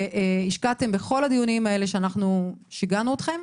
שהשקעתם בכל הדיונים האלה ששיגענו אתכם,